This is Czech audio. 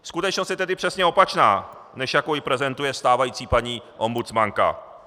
Skutečnost je tedy přesně opačná, než jak ji prezentuje stávající paní ombudsmanka.